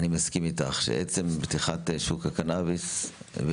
אני מסכים איתך שעצם פתיחת שוק הקנביס הוא